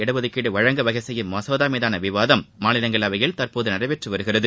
இடஒதுக்கீடு வழங்க வகைசெய்யும் மசோதா மீதான சதவீத விவாதம் மாநிலங்களவையில் தற்போது நடைபெற்று வருகிறது